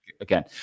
again